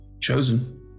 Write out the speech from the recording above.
chosen